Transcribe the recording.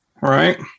right